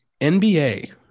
NBA